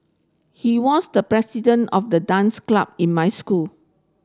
he was the president of the dance club in my school